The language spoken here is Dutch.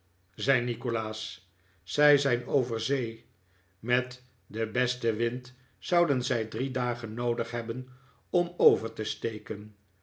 zei nikolaas zij zijn over zee met den besten wind zouden zij drie dagen noodig hebben om over te steken